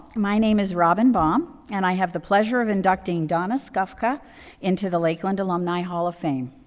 my name is robin baum, and i have the pleasure of inducting donna skufca into the lakeland alumni hall of fame.